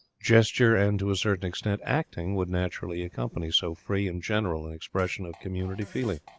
gesture and, to a certain extent, acting would naturally accompany so free and general an expression of community feeling.